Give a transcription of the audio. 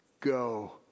go